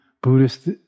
Buddhist